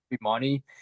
money